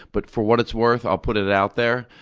but for what it's worth, i'll put it out there.